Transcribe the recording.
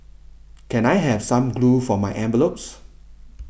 can I have some glue for my envelopes